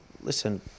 listen